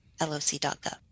loc.gov